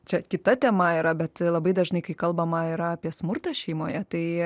čia kita tema yra bet labai dažnai kai kalbama yra apie smurtą šeimoje tai